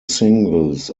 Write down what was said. singles